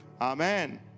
Amen